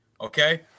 Okay